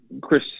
Chris